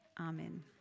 Amen